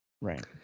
Right